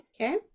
Okay